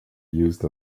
used